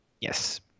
Yes